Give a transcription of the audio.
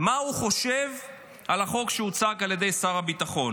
מה הוא חושב על החוק שהוצג על ידי שר הביטחון.